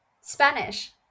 Spanish